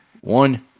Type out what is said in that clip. One